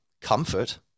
comfort